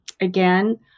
again